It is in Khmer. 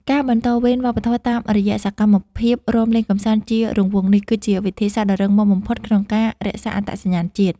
ការបន្តវេនវប្បធម៌តាមរយៈសកម្មភាពរាំលេងកម្សាន្តជារង្វង់នេះ គឺជាវិធីសាស្ត្រដ៏រឹងមាំបំផុតក្នុងការរក្សាអត្តសញ្ញាណជាតិ។